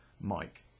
Mike